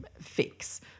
fix